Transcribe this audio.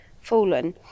fallen